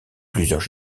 plusieurs